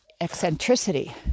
eccentricity